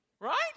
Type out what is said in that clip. Right